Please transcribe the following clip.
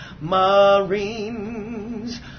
Marines